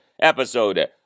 episode